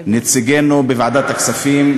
נציגינו בוועדת הכספים,